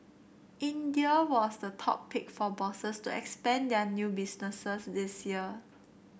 India was the top pick for bosses to expand their new businesses this year